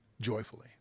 joyfully